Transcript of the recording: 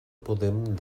podem